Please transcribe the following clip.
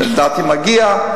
שלדעתי מגיע,